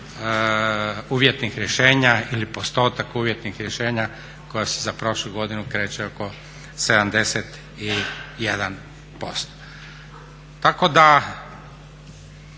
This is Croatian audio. uvjetnih rješenja ili postotak uvjetnih rješenja koja se za prošlu godinu kreće oko 71%. Tako da